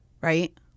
right